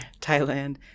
Thailand